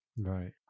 Right